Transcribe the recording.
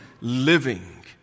living